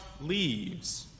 leaves